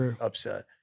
upset